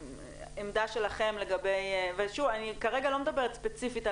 עמדה שלכם לגבי ושוב אני כרגע לא מדברת ספציפית על